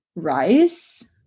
Rice